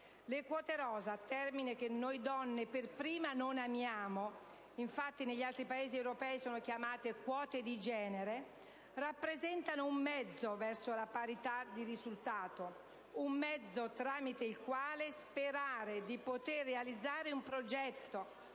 Le quote rosa, termine che noi donne per prime non amiamo (infatti, negli altri Paesi europei sono chiamate quote di genere), rappresentano un mezzo verso la parità di risultato: un mezzo tramite il quale sperare di poter realizzare un progetto